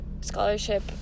scholarship